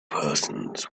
persons